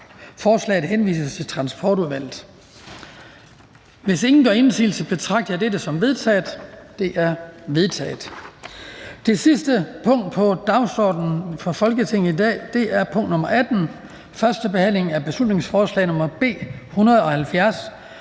henvises til Transportudvalget. Hvis ingen gør indsigelse, betragter jeg dette som vedtaget. Det er vedtaget. --- Det sidste punkt på dagsordenen er: 18) 1. behandling af beslutningsforslag nr. B 170: